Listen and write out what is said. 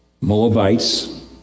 Moabites